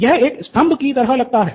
यह एक स्तम्भ की तरह लगता है